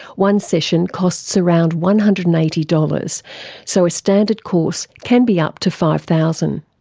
one session costs around one hundred and eighty dollars so a standard course can be up to five thousand